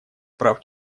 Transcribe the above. прав